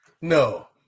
no